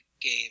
game